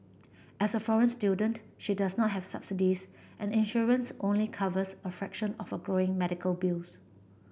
as a foreign student she does not have subsidies and insurance only covers a fraction of her growing medical bills